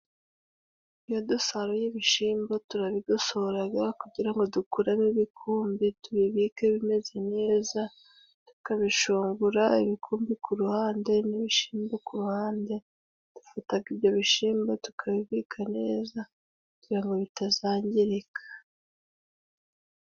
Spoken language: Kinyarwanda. Iyo dusaruye ibishimbo turabigosoraga kugira ngo dukuremo ibikumbi tubibike bimeze neza, tukabishongora, ibikumbi ku ruhande n'ibishimbo ku ruhande. Dufataga ibyo bishimbo tukabibika neza kugira ngo bitazangirika.